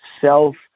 self